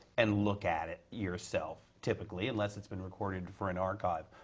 and look at it yourself, typically. unless it's been recorded for an archive.